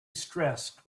stressed